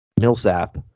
Millsap